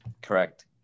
correct